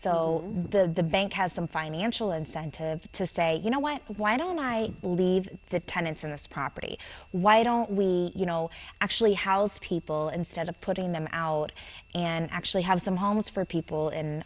so the bank has some financial incentive to say you know what why don't i leave the tenants in this property why don't we you know actually house people instead of putting them out and actually have some homes for people